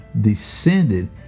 descended